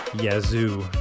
Yazoo